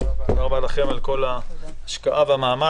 אני מעלה להצבעה את תקנות סמכויות מיוחדות להתמודדות עם נגיף הקורונה